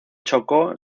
chocó